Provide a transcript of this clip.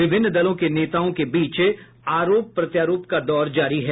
विभिन्न दलों के नेताओं के बीच आरोप प्रत्यारोप का दौर जारी है